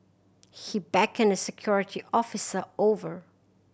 he beckoned a security officer over